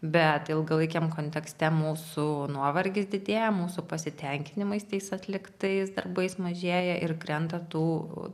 bet ilgalaikiam kontekste mūsų nuovargis didėja mūsų pasitenkinimais tais atliktais darbais mažėja ir krenta tų